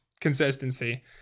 consistency